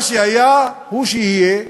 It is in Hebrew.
מה שהיה הוא שיהיה,